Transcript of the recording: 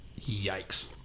Yikes